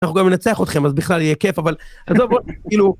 אנחנו גם מנצח אתכם, אז בכלל יהיה כיף, אבל... אז זה בוא... כאילו...